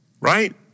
right